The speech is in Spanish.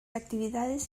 actividades